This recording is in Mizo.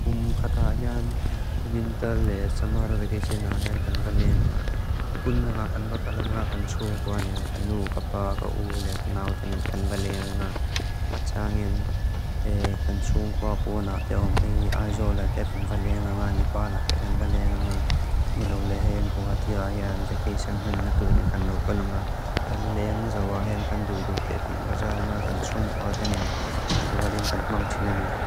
kúm kátá áhí án winter le samára vekeché na áhí án kan valé ángá. Kún ángá kan va kálá ángá kan tsuúng kua áni án kan núú kápá áká úu le kan áo tené kan valé ángá. Áchá ángén kan tsuúng kua bú án áté áwánté hí ái zóó áté kan valé ángá nipá án áté kan valé ángá. Ngiláulé héi ángú átí áhí áni vekeché na átú áté kan lóoká án áhí án kan lean hún záu áhí áni kan núú kápá áté kan valé ángá kan tsuúng kua áté án áhí án átú álé ángán mang tínané.